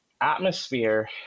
atmosphere